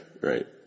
right